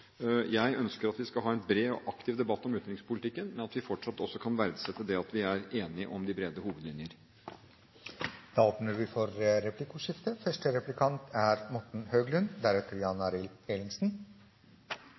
Jeg ønsker at vi skal ha en bred og aktiv debatt om utenrikspolitikken, men at vi fortsatt også kan verdsette det at vi er enige om de brede hovedlinjer. Det blir åpnet for replikkordskifte. Først en presisering: Når vi snakker om fortsatt diplomatisk tilstedeværelse i Skopje, er det ikke nødvendigvis en